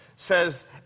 Says